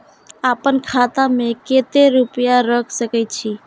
आपन खाता में केते रूपया रख सके छी?